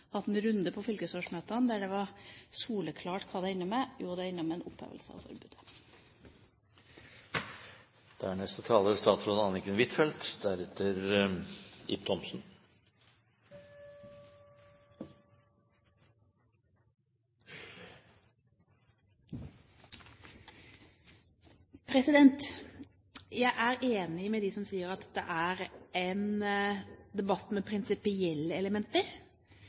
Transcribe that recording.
en runde på fylkesårsmøtene, der det var soleklart hva det ender med. Jo, det ender med en opphevelse av forbudet. Jeg er enig med dem som sier at det er en debatt med prinsipielle elementer,